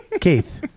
Keith